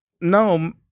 no